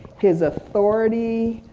his authority